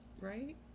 right